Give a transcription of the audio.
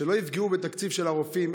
שלא יפגעו בתקציב של הרופאים,